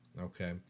Okay